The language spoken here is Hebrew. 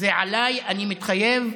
זה עליי, אני מתחייב,